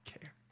care